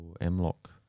M-Lock